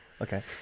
okay